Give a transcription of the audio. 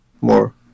more